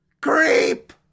Creep